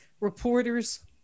reporters